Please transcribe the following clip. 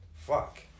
fuck